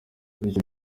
bityo